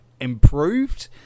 improved